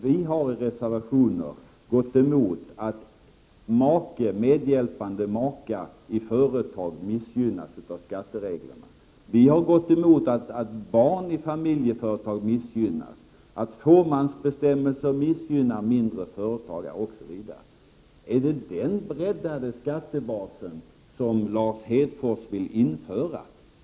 Vi har i reservationer gått emot att medhjälpande maka i företag missgynnas av skattereglerna. Vi har gått emot att barn i familjeföretag missgynnas, att fåmansbestämmelser missgynnar mindre företagare osv. Är det den breddade skattebasen som Lars Hedfors vill införa?